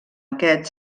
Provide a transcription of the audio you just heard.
aquest